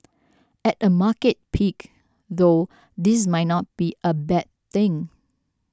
at a market peak though this might not be a bad thing